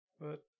But-